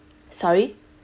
sorry